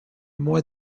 more